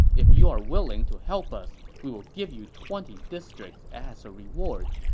if you're willing to help us, we will give you twenty districts as a reward.